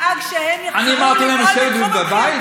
תדאג שהם יחזרו, אני אמרתי לשבת בבית?